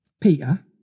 Peter